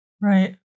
Right